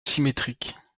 symétrique